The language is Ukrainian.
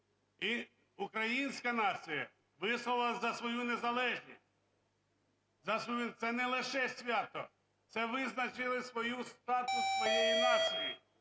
і українська нація висловилась за свою незалежність, за свою… Це не лише свято, це визначили свою, статус своєї нації,